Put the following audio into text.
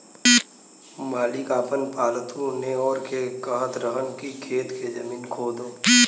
मालिक आपन पालतु नेओर के कहत रहन की खेत के जमीन खोदो